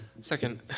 Second